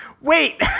Wait